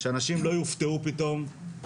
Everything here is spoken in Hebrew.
שאנשים לא יופתעו פתאום.